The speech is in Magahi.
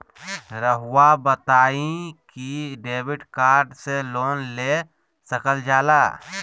रहुआ बताइं कि डेबिट कार्ड से लोन ले सकल जाला?